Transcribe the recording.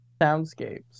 soundscapes